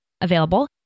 available